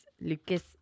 Lucas